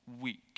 week